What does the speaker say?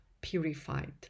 purified